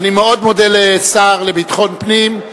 אני מאוד מודה לשר לביטחון פנים.